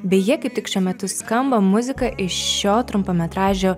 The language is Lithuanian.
beje kaip tik šiuo metu skamba muzika iš šio trumpametražio